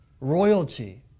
royalty